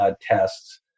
tests